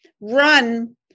run